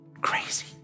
crazy